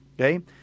Okay